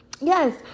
Yes